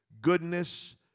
goodness